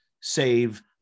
save